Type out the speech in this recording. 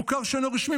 מוכר שאינו רשמי,